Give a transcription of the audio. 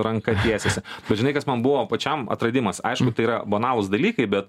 ranka tiesiasi bet žinai kas man buvo pačiam atradimas aišku tai yra banalūs dalykai bet